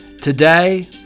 today